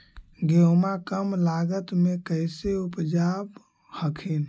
गेहुमा कम लागत मे कैसे उपजाब हखिन?